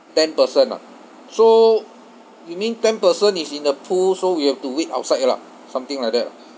ten person ah so you mean ten person is in the pool so we have to wait outside lah something like that ah